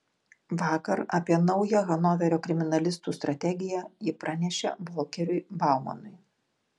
vakar apie naują hanoverio kriminalistų strategiją ji pranešė volkeriui baumanui